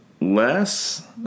less